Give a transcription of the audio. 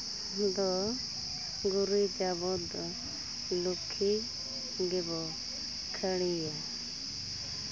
ᱫᱚ ᱜᱩᱨᱤᱡᱟᱵᱚᱱ ᱫᱚ ᱞᱩᱠᱠᱷᱤ ᱜᱮᱵᱚᱱ ᱠᱷᱟᱹᱞᱤᱭᱮᱱᱟ